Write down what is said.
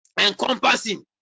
Encompassing